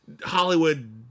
Hollywood